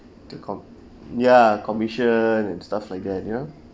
to com~ ya commission and stuff like that you know